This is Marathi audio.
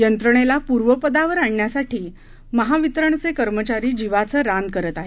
यंत्रणेला पूर्वपदावर आणण्यासाठी महावितरणचे कर्मचारी जीवाचं रान करत आहेत